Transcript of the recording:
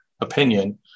opinion